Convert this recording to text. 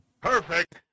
Perfect